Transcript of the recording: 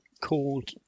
called